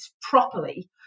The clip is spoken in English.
properly